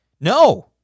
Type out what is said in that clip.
no